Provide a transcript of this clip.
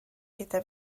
gyda